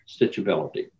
stitchability